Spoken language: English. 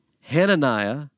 Hananiah